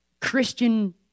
Christian